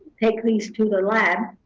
take these to the lab.